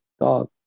dog